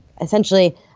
essentially